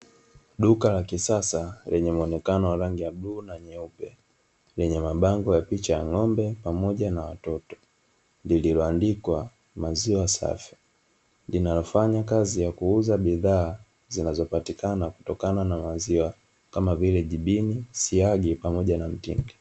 Duka la kisas lenye muonekano wa rangi ya bluu lina bango pamoja na picha ya ng'ombe pamoja na watoto liloandikwa maziwa safi linalouza bidhaa za maziwa kama vile jibini siagi pamoja na mtindi